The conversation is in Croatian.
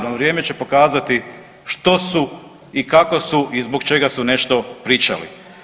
No, vrijeme će pokazati što su i kako su i zbog čega su nešto pričali.